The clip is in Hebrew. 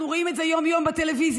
אנחנו רואים את זה יום-יום בטלוויזיה.